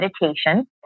meditation